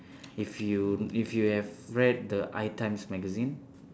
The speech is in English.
if you if you have read the I times magazine